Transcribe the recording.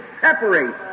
separate